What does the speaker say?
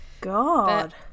God